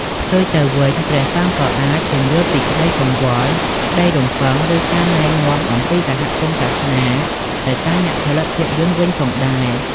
ផ្ទុយទៅវិញ ព្រះសង្ឃក៏អាច ពន្យល់ពីក្តីកង្វល់ ក្តីរំពឹង ឬការណែនាំពីសហគមន៍សាសនា ទៅកាន់អ្នកផលិតភាពយន្តវិញផងដែរ។